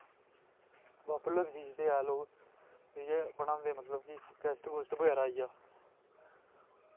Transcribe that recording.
popular चीज़ ते ऐ लोग इयै बनांदे मतलव कि गैस्ट गुस्ट बगैरा आई जा